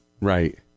Right